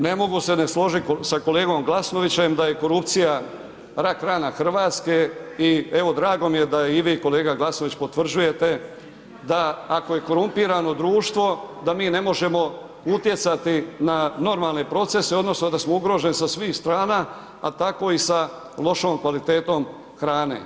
Ne mogu se ne složiti s kolegom Glasnovićem da je korupcija rak rana Hrvatske i evo, drago mi je da i vi kolega Glasnović potvrđujete da ako je korumpirano društvo da mi ne možemo utjecati na normalne procese, odnosno da smo ugroženi sa svih strana, a tako i sa lošom kvalitetom hrane.